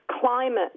climate